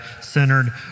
centered